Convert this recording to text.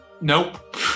nope